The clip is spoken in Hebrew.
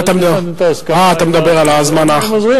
אה, אתה מדבר על הזמן האחרון.